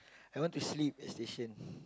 I want to sleep at station